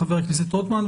חבר הכנסת רוטמן,